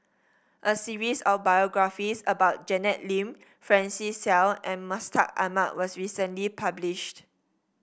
a series of biographies about Janet Lim Francis Seow and Mustaq Ahmad was recently published